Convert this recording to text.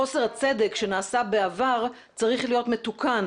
חוסר הצדק שנעשה בעבר צריך להיות מתוקן